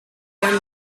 when